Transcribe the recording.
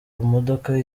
modoka